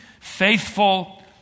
faithful